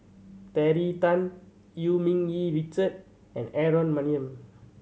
Terry Tan Eu Yee Ming Richard and Aaron Maniam